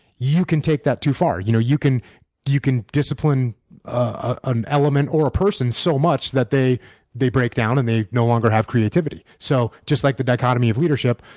you can take that too far. you know you can you can discipline an element or a person so much that they they break down and they no longer have creativity. so just like the dichotomy of leadership,